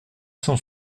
cent